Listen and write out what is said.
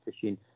fishing